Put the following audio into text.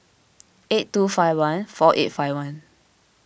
eight two five one four eight five one